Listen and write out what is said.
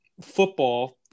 football